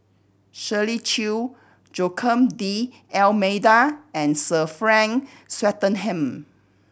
Shirley Chew Joaquim D'Almeida and Sir Frank Swettenham